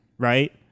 right